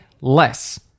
less